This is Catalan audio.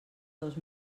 dos